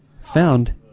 found